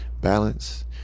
balance